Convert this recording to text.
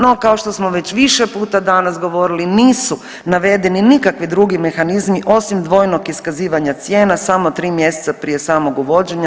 No, kao što smo već više puta danas govorili nisu navedeni nikakvi drugi mehanizmi osim dvojnog iskazivanja cijena samo tri mjeseca prije samog uvođenja.